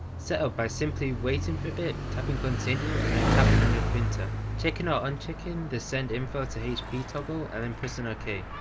setup by simply waiting for a bit, tapping continue and then tapping on your printer, checking or unchecking the send info to hp toggle and then pressing ok.